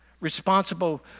responsible